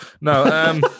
No